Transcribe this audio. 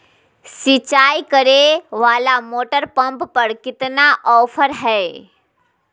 सिंचाई करे वाला मोटर पंप पर कितना ऑफर हाय?